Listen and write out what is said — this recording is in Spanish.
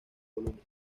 volúmenes